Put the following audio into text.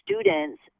students